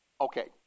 Okay